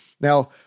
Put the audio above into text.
Now